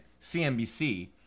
CNBC